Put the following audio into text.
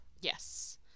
Yes